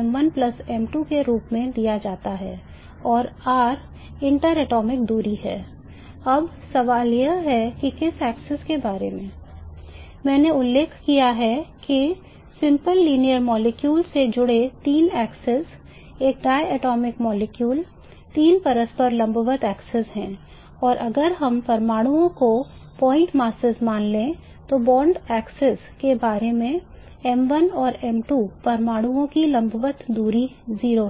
m1 m2 के रूप में दिया जाता है और r अंतर परमाणु नहीं जुड़ी है